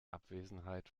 abwesenheit